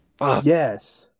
Yes